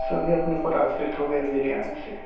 सभी अपने उपर आश्रित हो गए बिजली आने से